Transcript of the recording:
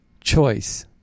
choice